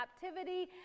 captivity